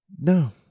No